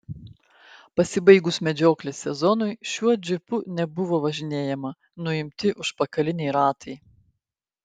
pasibaigus medžioklės sezonui šiuo džipu nebuvo važinėjama nuimti užpakaliniai ratai